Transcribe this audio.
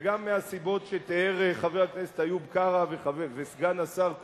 וגם מהסיבות שתיארו חבר הכנסת איוב קרא וסגן השר כהן,